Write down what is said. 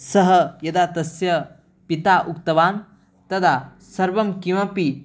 सः यदा तस्य पिता उक्तवान् तदा सर्वं किमपि